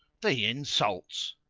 the insults!